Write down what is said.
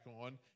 on